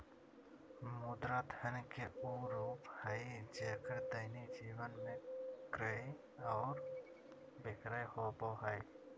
मुद्रा धन के उ रूप हइ जेक्कर दैनिक जीवन में क्रय और विक्रय होबो हइ